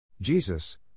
Jesus